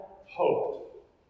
hope